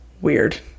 weird